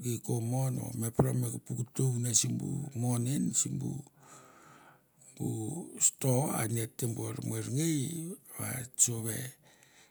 gei ko mon me pere me ka puk tou ne simbu mon en simbu bu store a di et te bor morngei va et so ve